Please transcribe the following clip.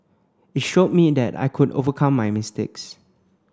it showed me that I could overcome my mistakes